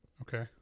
Okay